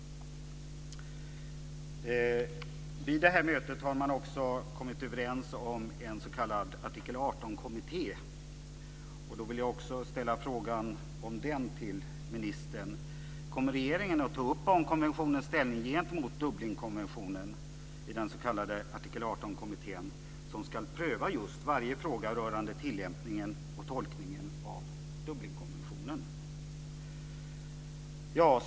Vid det här mötet har man också kommit överens om en s.k. Artikel 18-kommitté. Därför vill jag också ställa en fråga om den till ministern. Kommer regeringen att ta upp barnkonventionens ställning gentemot Dublinkonventionen i den s.k. Artikel 18 kommittén som ska pröva just varje fråga rörande tillämpningen och tolkningen av Dublinkonventionen?